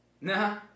Nah